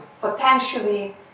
potentially